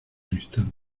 instante